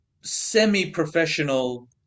semi-professional